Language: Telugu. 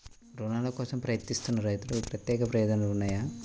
రుణాల కోసం ప్రయత్నిస్తున్న రైతులకు ప్రత్యేక ప్రయోజనాలు ఉన్నాయా?